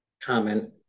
comment